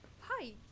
hi